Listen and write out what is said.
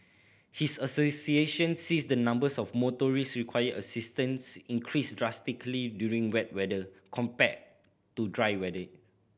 his association sees the numbers of motorist requiring assistance increase drastically during wet weather compared to dry